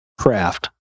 craft